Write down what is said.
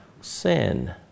sin